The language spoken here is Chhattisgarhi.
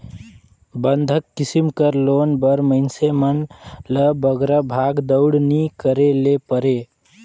बंधक किसिम कर लोन बर मइनसे मन ल बगरा भागदउड़ नी करे ले परे